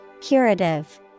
Curative